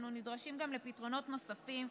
אנו נדרשים גם לפתרונות נוספים,